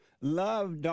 love